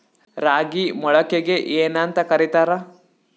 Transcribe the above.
ರಾಗಿ ಮೊಳಕೆಗೆ ಏನ್ಯಾಂತ ಕರಿತಾರ?